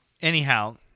Anyhow